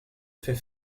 fait